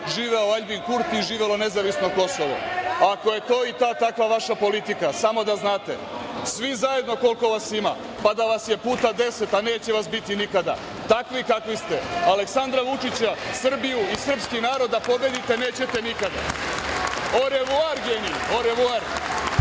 živeo Aljbin Kurti, živelo nezavisno Kosovo. Ako je to i ta takva vaša politika, samo da znate, svi zajedno koliko vas ima, pa da vas je puta 10, a neće vas biti nikada, takvi kakvi ste, Aleksandra Vučića, Srbiju i srpski narod da pobedite nećete nikada. Orevuar, geniji, orevouar!